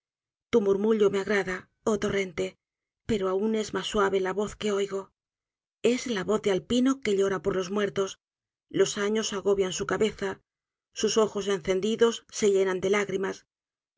tu murmullo me agrada oh torrente pero aun es mas suave la voz que oigo es la voz de alpino que llora por los muertos los años agobian su cabeza sus ojos encendidos se llenan de lágrimas